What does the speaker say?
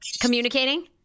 Communicating